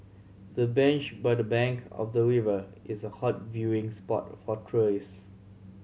the bench by the bank of the river is a hot viewing spot for tourist